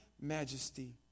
majesty